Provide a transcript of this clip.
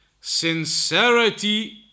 Sincerity